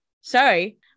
Sorry